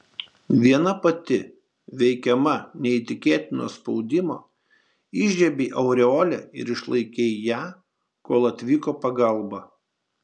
viena pati veikiama neįtikėtino spaudimo įžiebei aureolę ir išlaikei ją kol atvyko pagalba